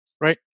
Right